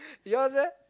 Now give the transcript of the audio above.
yours eh